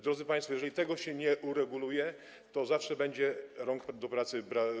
Drodzy państwo, jeżeli tego się nie ureguluje, to zawsze będzie brakowało rąk do pracy.